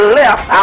left